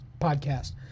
podcast